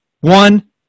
One